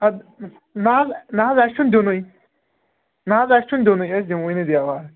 اَدٕ نہَ حظ نہَ حظ اَسہِ چھُنہٕ دِنُے نہَ حظ اَسہِ چھُنہٕ دِنُے أسۍ دِموٕے نہٕ دیوار